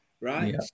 right